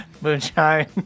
Moonshine